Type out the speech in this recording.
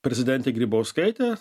prezidente grybauskaite